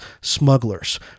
smugglers